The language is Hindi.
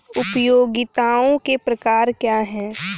उपयोगिताओं के प्रकार क्या हैं?